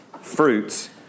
fruits